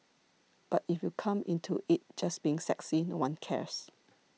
but if you come into it just being sexy no one cares